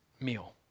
meal